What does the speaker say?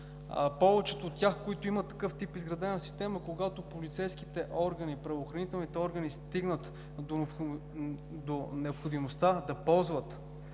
Повечето от тях, които имат изградена такъв тип система, когато полицейските и правоохранителните органи стигнат до необходимостта да ползват